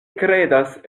kredas